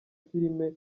filime